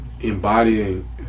embodying